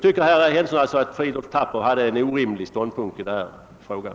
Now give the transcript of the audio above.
Herr Henningsson tycker alltså att Fridolf Thapper hade en orimlig ståndpunkt i den här frågan.